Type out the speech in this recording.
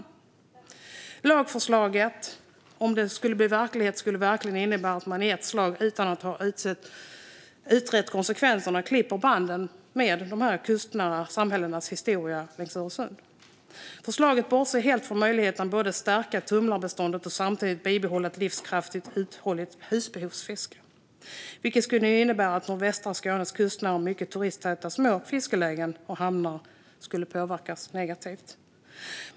Om lagförslaget blev verklighet skulle det verkligen innebära att man i ett slag, utan att ha utrett konsekvenserna, klippte banden till historien för de kustnära samhällena längs Öresund. Förslaget bortser helt från möjligheten att stärka tumlarbestånden och samtidigt bibehålla ett livskraftigt och uthålligt husbehovsfiske. Det skulle innebära att nordvästra Skånes kustnära och mycket turisttäta små fiskelägen och hamnar skulle påverkas negativt.